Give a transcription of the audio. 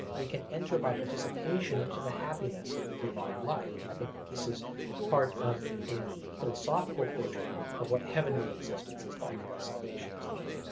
we can enter by participation into the happiness of the divine life, and i think this is part of a philosophical portrait of what heavenly existence is like, about what salvation is like.